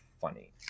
funny